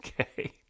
Okay